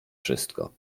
wszystko